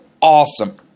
awesome